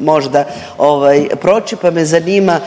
možda proći, pa me zanima